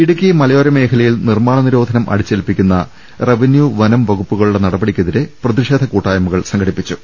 ഇടുക്കിയിലെ മലയോര മേഖലയിൽ നിർമ്മാണ നിരോധനം അടിച്ചേൽപ്പിക്കുന്ന റവന്യൂ വനം വകുപ്പു കളുടെ നടപടിക്കെതിരെ പ്രതിഷേധ കൂട്ടായ്മകൾ സംഘടിപ്പിച്ചു